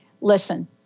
listen